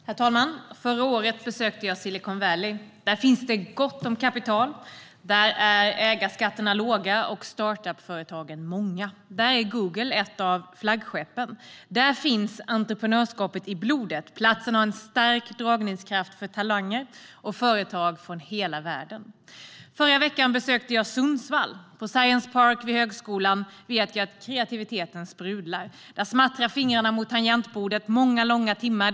Herr talman! Förra året besökte jag Silicon Valley. Där finns det gott om kapital, ägarskatterna är låga och startup-företagen är många. Där är Google ett av flaggskeppen. Där finns entreprenörskapet i blodet. Platsen har en stark dragningskraft för talanger och företag från hela världen. Förra veckan besökte jag Sundsvall. På Science Park vid högskolan vet jag att kreativiteten sprudlar. Där smattrar fingrarna mot tangentbordet många långa timmar.